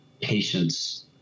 patients